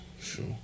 sure